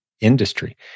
industry